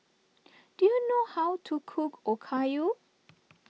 do you know how to cook Okayu